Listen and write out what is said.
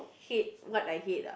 hate what I hate ah